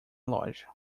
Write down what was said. loja